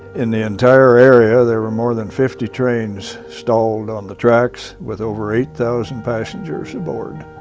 in the entire area, there were more than fifty trains stalled on the tracks, with over eight thousand passengers aboard.